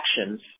actions